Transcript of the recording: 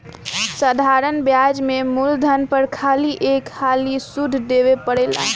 साधारण ब्याज में मूलधन पर खाली एक हाली सुध देवे परेला